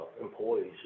employees